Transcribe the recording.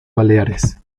baleares